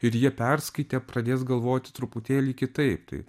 ir jie perskaitę pradės galvoti truputėlį kitaip tai